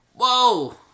Whoa